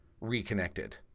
reconnected